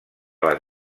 les